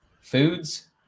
foods